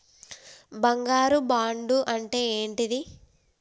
బంగారు బాండు అంటే ఏంటిది?